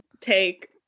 take